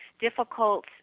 difficult